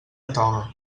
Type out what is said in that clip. toga